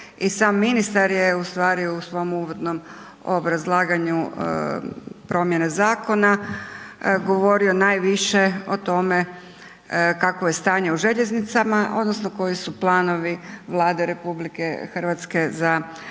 i sam ministar je ustvari u svom uvodnom obrazlaganju promijene zakona govorio najviše o tome kakvo je stanje u željeznicama odnosno koji su planovi Vlade RH za naredno